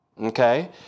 Okay